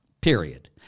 period